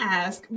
ask